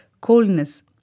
coldness